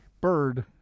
Bird